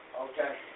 Okay